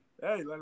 hey